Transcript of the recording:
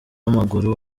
w’amaguru